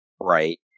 Right